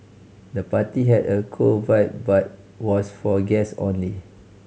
the party had a cool vibe but was for guest only